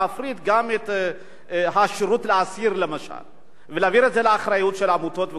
להפריט גם את השירות לאסיר ולהעביר את זה לאחריות של עמותות וגופים.